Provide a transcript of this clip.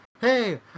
Hey